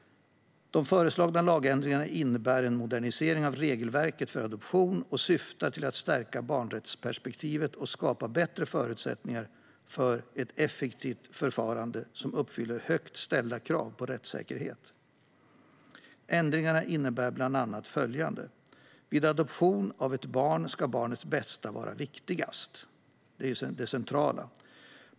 De föreslagna lagändringarna innebär en modernisering av regelverket för adoption och syftar till att stärka barnrättsperspektivet och skapa bättre förutsättningar för ett effektivt förfarande som uppfyller högt ställda krav på rättssäkerhet. Ändringarna innebär bland annat följande: Vid adoption av ett barn ska barnets bästa vara viktigast. Det är det centrala.